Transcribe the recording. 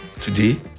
today